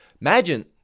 imagine